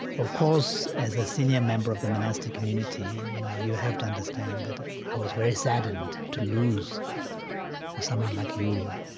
of course, as a senior member of the monastic community, you know, you have to understand that i was very saddened to lose someone like you.